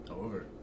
Over